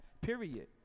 Period